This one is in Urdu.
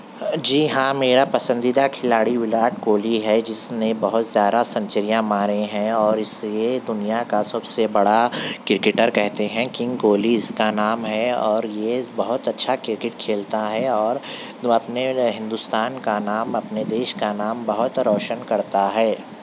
جی ہاں میرا پسندیدہ کھلاڑی وراٹ کوہلی ہے جس نے بہت سارا سنچریاں مارے ہیں اور اسلئے دنیا کا سب سے بڑا کرکٹر کہتے ہیں کنگ کوہلی اِس کا نام ہے اور یہ بہت اچھا کرکٹ کھیلتا ہے اور وہ اپنے ہندوستان کا نام اپنے دیش کا نام بہت روشن کرتا ہے